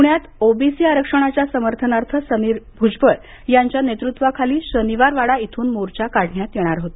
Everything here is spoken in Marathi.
पृण्यात ओबीसी आरक्षणाच्या समर्थनासाठी समीर भुजबळ यांच्या नेतृत्वाखाली शनिवार वाडा इथून मोर्चा काढण्यात येणार होता